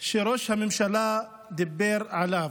שראש הממשלה דיבר עליו,